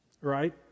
Right